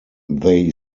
they